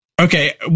Okay